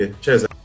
cheers